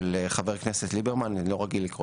חבר הכנסת ליברמן -אני לא רגיל לקרוא